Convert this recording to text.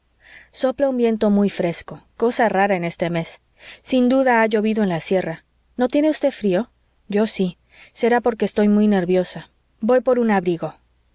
sopla un viento muy fresco cosa rara en este mes sin duda ha llovido en la sierra no tiene usted frío yo sí será porque estoy muy nerviosa voy por un abrigo